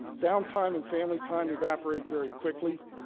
downtime and family time evaporate very quickly.